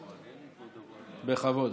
בכבוד.